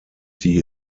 die